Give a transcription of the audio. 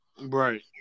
Right